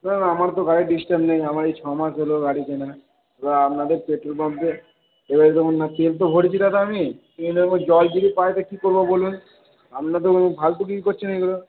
না দাদা আমার তো গাড়ি ডিস্টার্ব নেই আমার এই ছমাস হল গাড়ি কেনা এবার আপনাদের পেট্রোল পাম্পে এবার দেখুন না তেল তো ভরেছি দাদা আমি উপর জল যদি পাই তো কী করব বলুন আপনাদের ফালতুগিরি করছেন এগুলো